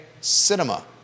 cinema